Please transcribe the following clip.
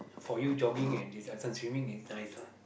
for you jogging and this uh this one swimming nice lah